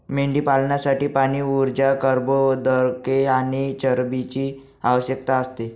मेंढीपालनासाठी पाणी, ऊर्जा, कर्बोदके आणि चरबीची आवश्यकता असते